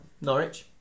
Norwich